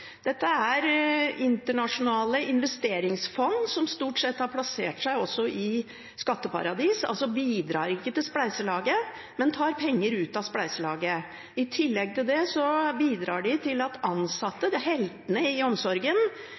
Dette er internasjonale investeringsfond som stort sett også har plassert seg i skatteparadis, altså bidrar de ikke til spleiselaget, men tar penger ut av spleiselaget. I tillegg til det bidrar de til at ansatte, heltene i omsorgen,